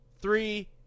Three